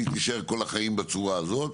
והיא תישאר כל החיים בצורה הזאת.